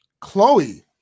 Chloe